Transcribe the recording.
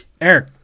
Eric